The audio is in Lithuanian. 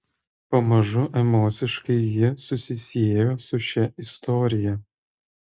pamažu emociškai ji susisiejo su šia istorija